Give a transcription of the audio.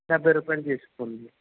డెబ్బై రూపాయలు తీసుకోండి